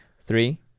Three